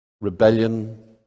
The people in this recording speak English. rebellion